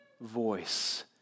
voice